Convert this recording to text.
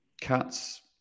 Cats